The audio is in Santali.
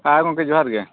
ᱦᱮᱸ ᱜᱚᱝᱠᱮ ᱡᱚᱦᱟᱨᱜᱮ